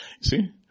See